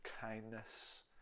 kindness